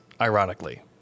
ironically